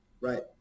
right